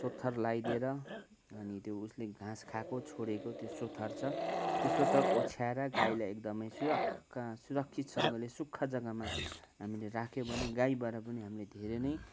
सोत्तर लाइदिएर अनि त्यो उसले घाँस खाएको छोडेको त्यो सोत्तर छ त्यो सोत्तर ओछ्याएर गाईलाई एकदमै सुरक् सुरक्षितसँगले सुक्खा जग्गामा हामीले राख्यो भने गाईबाट नि हामीले धेरै नै